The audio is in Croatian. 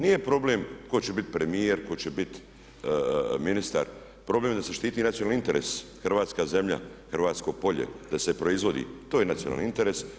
Nije problem tko će biti premijer, tko će biti ministar, problem je da se štiti nacionalni interes, hrvatska zemlja, hrvatsko polje, da se proizvodi, to je nacionalni interes.